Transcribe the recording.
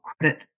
credit